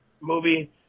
movie